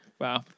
Wow